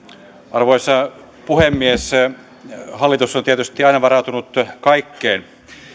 arvoisa puhemies hallitus on tietysti aina varautunut kaikkeen